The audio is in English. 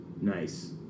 Nice